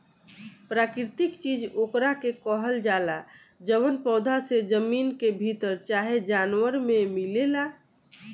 प्राकृतिक चीज ओकरा के कहल जाला जवन पौधा से, जमीन के भीतर चाहे जानवर मे मिलेला